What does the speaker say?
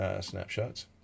snapshots